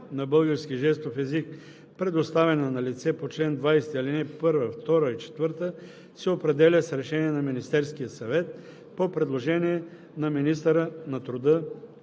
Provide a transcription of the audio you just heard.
на български жестов език, предоставена на лице по чл. 20, ал. 1, 2 и 4, се определя с решение на Министерския съвет по предложение на министъра на труда